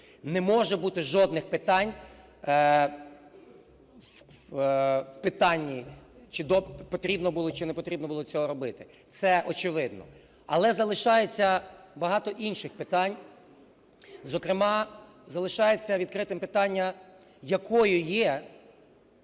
Не може бути жодних питань в питанні чи потрібно було чи не потрібно було цього робити – це очевидно. Але залишається багато інших питань, зокрема залишається відкритим питання якою є